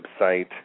website